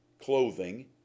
clothing